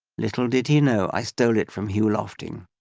little did he know i stole it from hugh lofting.